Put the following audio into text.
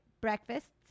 breakfasts